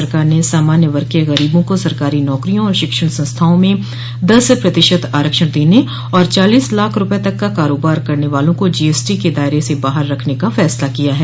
सरकार ने सामान्य वर्ग के ग़रीबों को सरकारी नौकरियों और शिक्षण संस्थाओं में दस प्रतिशत आरक्षण देने और चालीस लाख रूपये तक का कारोबार करने वालों को जीएसटी के दायरे से बाहर रखने का फैसला किया है